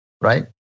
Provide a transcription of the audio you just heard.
right